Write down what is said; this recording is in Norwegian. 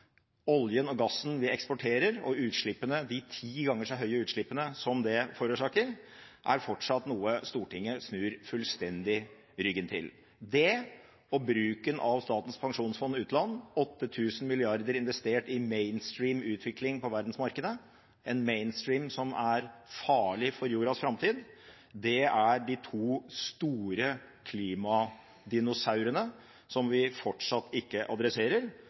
oljen og gassen vi eksporterer, og utslippene, de ti ganger så høye utslippene, som det forårsaker – er fortsatt noe Stortinget snur fullstendig ryggen til. Det og bruken av Statens pensjonsfond utland – 8 000 mrd. kr investert i mainstream utvikling på verdensmarkedet, en mainstream som er farlig for jordas framtid – er de to store klimadinosaurene som vi fortsatt ikke adresserer,